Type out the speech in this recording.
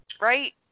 Right